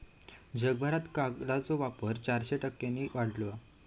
जगभरात कागदाचो वापर चारशे टक्क्यांनी वाढलो हा